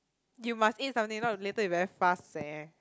you must eat something if not later you very fast seh